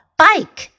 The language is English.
bike